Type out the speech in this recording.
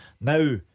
Now